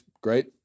Great